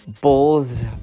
Bulls